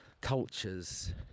cultures